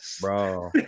Bro